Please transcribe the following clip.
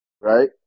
right